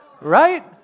right